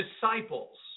disciples